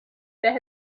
there